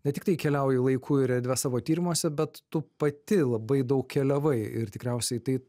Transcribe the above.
ne tiktai keliauji laiku ir erdve savo tyrimuose bet tu pati labai daug keliavai ir tikriausiai tai